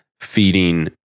feeding